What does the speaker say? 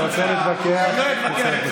אתה רוצה להתווכח, תצא החוצה.